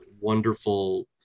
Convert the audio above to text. wonderful